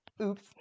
oops